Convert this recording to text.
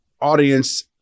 audience